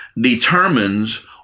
determines